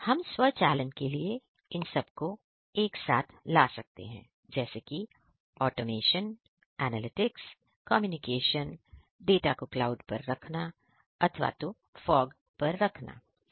हम स्वचालन के लिए इन सब को एक साथ ला सकते हैं जैसे कि ऑटोमेशन एनालिटिक्स कम्युनिकेशन डाटा को क्लाउड पर रखना अथवा तो शौक पर रखना आदि